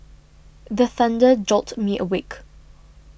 the thunder jolt me awake